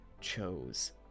chose